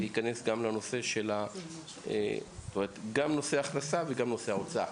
להיכנס גם לנושא ההכנסה וגם לנושא ההוצאה.